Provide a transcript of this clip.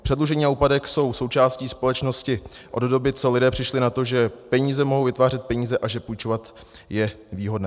Předlužení a úpadek jsou součástí společnosti od doby, co lidé přišli na to, že peníze mohou vytvářet peníze a že půjčovat je výhodné.